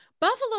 Buffalo